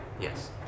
Yes